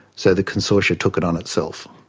so the consortia took it on itself.